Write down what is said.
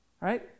right